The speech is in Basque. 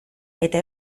eta